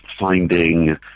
finding